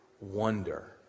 wonder